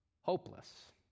hopeless